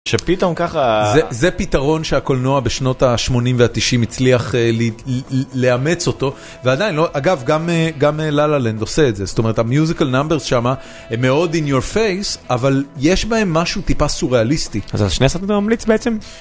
שפתאום ככה... זה... זה פתרון שהקולנוע בשנות ה80 וה90 הצליח ל... ל... לאמץ אותו, ועדיין לא... אגב, גם... גם ללה-לנד עושה את זה, זאת אומרת המיוזיקל נאמברס שם הם מאוד in your face, אבל יש בהם משהו טיפה סוריאליסטי. אז על שני הסרטים אתה ממליץ, בעצם?